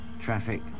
Traffic